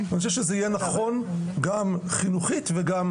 אני חושב שזה יהיה נכון גם חינוכית וגם